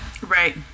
Right